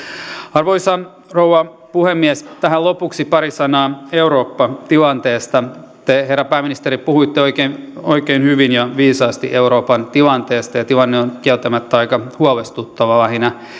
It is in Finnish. arvoisa rouva puhemies tähän lopuksi pari sanaa euroopan tilanteesta te herra pääministeri puhuitte oikein oikein hyvin ja viisaasti euroopan tilanteesta ja tilanne on kieltämättä aika huolestuttava lähinnä